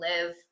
live